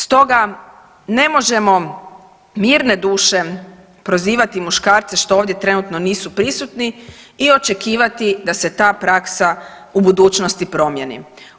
Stoga ne možemo mirne duše prozivati muškarce što ovdje trenutno nisu prisutni i očekivati da se ta praksa u budućnosti promijeni.